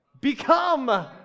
become